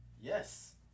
Yes